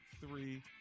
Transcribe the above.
three